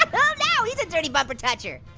oh no, he's a dirty bumper toucher.